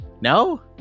no